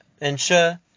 ensure